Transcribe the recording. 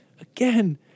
again